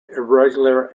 irregular